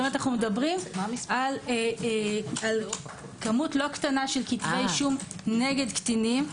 אנו מדברים על כמות לא קטנה של כתבי אישום נגד קטינים.